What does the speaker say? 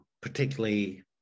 particularly